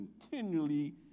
continually